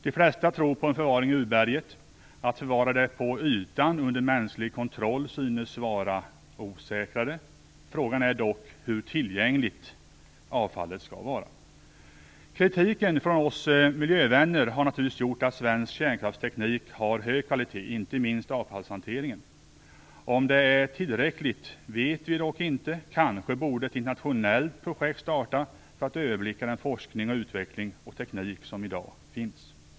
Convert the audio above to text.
De flesta tror på förvaring i urberg. Att förvara det på ytan under mänsklig kontroll synes vara osäkrare. Frågan är hur tillgängligt avfallet skall vara. Kritiken från oss miljövänner har naturligtvis gjort att svensk kärnkraftsteknik har hög kvalitet. Inte minst gäller det avfallshanteringen. Om det är tillräckligt vet vi inte. Kanske borde ett internationellt projekt startas för att överblicka forskning, utveckling och teknik som i dag finns.